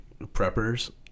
preppers